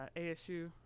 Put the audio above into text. ASU